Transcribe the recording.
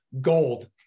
gold